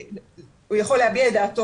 הוא יכול להביע את דעתו,